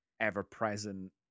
ever-present